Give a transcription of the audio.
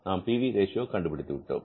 நாம் P V ratio கண்டுபிடித்து விட்டோம்